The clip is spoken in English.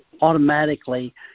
automatically